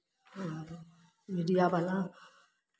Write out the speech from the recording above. media वाला